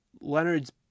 Leonard's